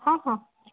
ହଁ ହଁ